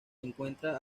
encuentra